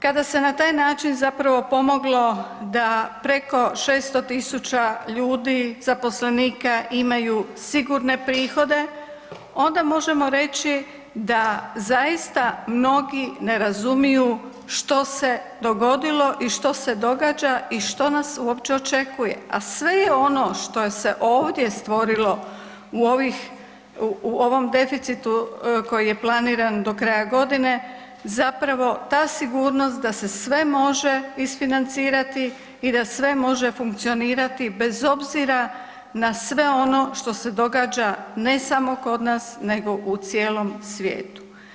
Kada se na taj način zapravo pomoglo da preko 600 tisuća ljudi, zaposlenika imaju sigurne prihode, onda možemo reći da zaista mnogi ne razumiju što se dogodilo i što se događa i što nas uopće očekuje, a sve ono što se ovdje stvorilo u ovih, u ovom deficitu koji planiran do kraja godine, zapravo ta sigurnost da se sve može isfinancirati i da sve može funkcionirati bez obzira na sve ono što se događa, ne samo kod nas, nego u cijelom svijetu.